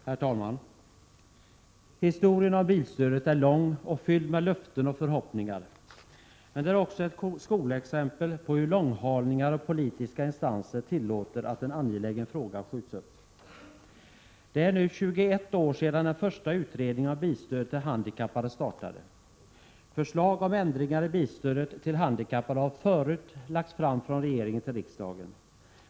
Herr talman! Historien om bilstödet är lång och fylld med löften och förhoppningar. Men den är också ett skolexempel på hur långhalningar och politiska instanser tillåter att en angelägen fråga skjuts upp. Det är nu 21 år sedan den första utredningen om bilstöd till handikappade startade. Förslag om ändringar i bilstödet till handikappade har förut av regeringen lagts fram för riksdagen.